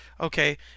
okay